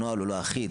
הנוהל הוא לא אחיד.